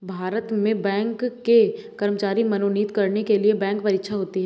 भारत में बैंक के कर्मचारी मनोनीत करने के लिए बैंक परीक्षा होती है